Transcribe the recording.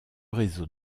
réseau